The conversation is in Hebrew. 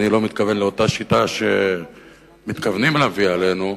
ואני לא מתכוון לאותה שיטה שמתכוונים להביא עלינו,